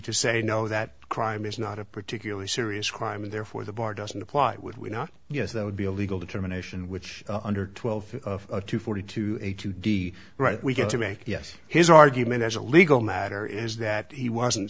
to say no that crime is not a particularly serious crime and therefore the bar doesn't apply would we not yes that would be a legal determination which under twelve to forty two a to the right we get to make yes his argument as a legal matter is that he wasn't